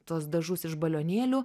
tuos dažus iš balionėlių